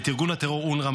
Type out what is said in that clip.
את ארגון הטרור אונר"א,